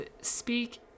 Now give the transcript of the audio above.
speak